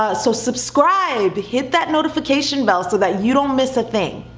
ah so subscribe. hit that notification bell so that you don't miss a thing.